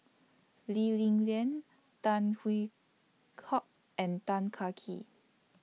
Lee Li Lian Tan Hwee and Tan Kah Kee